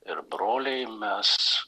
ir broliai mes